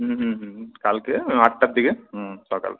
হুম হুম হুম কালকে ওই আটটার দিকে হুম সকালে